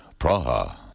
Praha. (